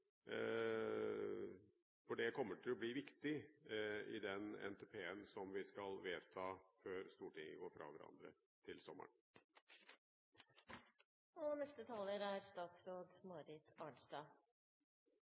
for det kommer til å bli viktig i den NTP-en som vi skal vedta før Stortinget går fra hverandre til